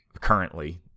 Currently